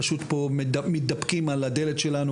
פשוט מתדפקים פה על הדלת שלנו,